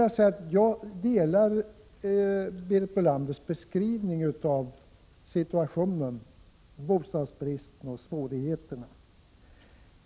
Jag instämmer i Berit Bölanders beskrivning av situationen — bostadsbristen och svårigheterna.